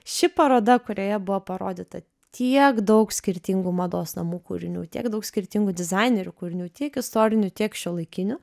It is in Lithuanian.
ši paroda kurioje buvo parodyta tiek daug skirtingų mados namų kūrinių tiek daug skirtingų dizainerių kūrinių tiek istorinių tiek šiuolaikinių